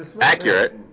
Accurate